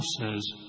says